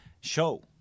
show